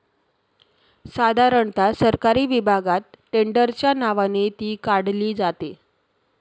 साधारणता सरकारी विभागात टेंडरच्या नावाने ती काढली जाते